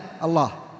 Allah